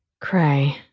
Cray